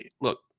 look